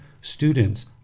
students